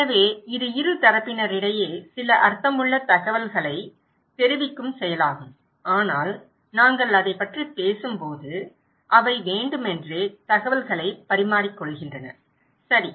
எனவே இது இரு தரப்பினரிடையே சில அர்த்தமுள்ள தகவல்களை தெரிவிக்கும் செயலாகும் ஆனால் நாங்கள் அதைப் பற்றி பேசும்போது அவை வேண்டுமென்றே தகவல்களைப் பரிமாறிக்கொள்கின்றன சரி